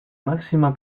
máxima